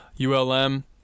ULM